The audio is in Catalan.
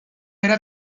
era